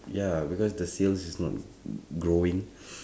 ya because the sales is not growing